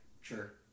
sure